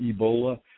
Ebola